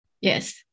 Yes